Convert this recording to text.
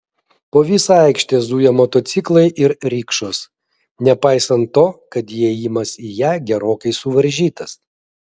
po visą aikštę zuja motociklai ir rikšos nepaisant to kad įėjimas į ją gerokai suvaržytas